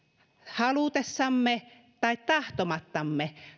halutessamme tai tahtomattamme